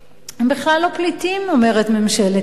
אומרת ממשלת ישראל: